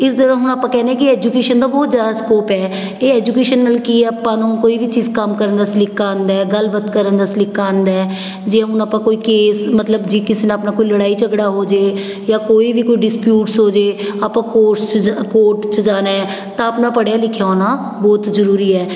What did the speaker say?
ਇਸ ਤਰ੍ਹਾਂ ਹੁਣ ਆਪਾਂ ਕਹਿੰਦੇ ਹਾਂ ਕਿ ਐਜੂਕੇਸ਼ਨ ਦਾ ਬਹੁਤ ਜ਼ਿਆਦਾ ਸਕੋਪ ਹੈ ਇਹ ਐਜੂਕੇਸ਼ਨ ਨਾਲ ਕਿ ਆਪਾਂ ਨੂੰ ਕੋਈ ਵੀ ਚੀਜ਼ ਕੰਮ ਕਰਨ ਦਾ ਸਲੀਕਾ ਆਉਂਦਾ ਗੱਲਬਾਤ ਕਰਨ ਦਾ ਸਲੀਕਾ ਆਉਂਦਾ ਜੇ ਹੁਣ ਆਪਾਂ ਕੋਈ ਕੇਸ ਮਤਲਬ ਜੇ ਕਿਸੇ ਨਾਲ ਆਪਣਾ ਕੋਈ ਲੜਾਈ ਝਗੜਾ ਹੋ ਜਾਏ ਜਾਂ ਕੋਈ ਵੀ ਕੋਈ ਡਿਸਪਿਊਟਸ ਹੋ ਜਾਏ ਆਪਾਂ ਕੋਰਸ ਕੋਰਟ 'ਚ ਜਾਣਾ ਹੈ ਤਾਂ ਆਪਣਾ ਪੜ੍ਹਿਆ ਲਿਖਿਆ ਹੋਣਾ ਬਹੁਤ ਜਰੂਰੀ ਹੈ